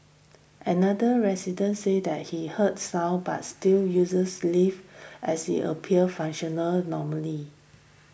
another resident said that he heard sound but still uses lift as it appears functional normally